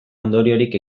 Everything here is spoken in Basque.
ondoriorik